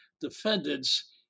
defendants